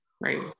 right